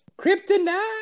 Kryptonite